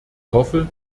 hoffe